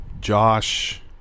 Josh